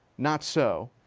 not so,